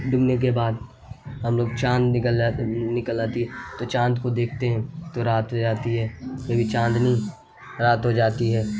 ڈوبنے کے بعد ہم لوگ چاند نکل نکل آتی تو چاند کو دیکھتے ہیں تو رات ہو جاتی ہے کبھی چاندنی رات ہو جاتی ہے